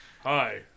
hi